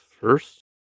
first